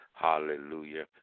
Hallelujah